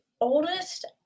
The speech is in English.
oldest